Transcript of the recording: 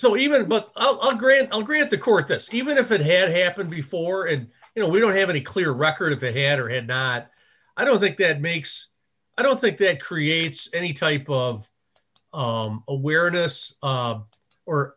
so even but i'll grant i'll grant the court that even if it had happened before and you know we don't have any clear record of it had or had not i don't think that makes i don't think that creates any type of awareness